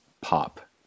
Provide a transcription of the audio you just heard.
pop